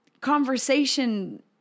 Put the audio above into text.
conversation